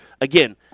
again